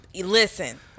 Listen